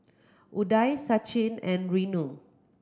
Udai Sachin and Renu